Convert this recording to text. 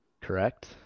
Correct